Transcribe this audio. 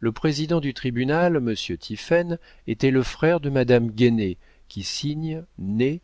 le président du tribunal monsieur tiphaine était le frère de madame guénée qui signe née